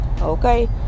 okay